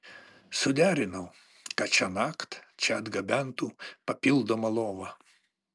suderinau kad šiąnakt čia atgabentų papildomą lovą